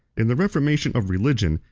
in the reformation of religion,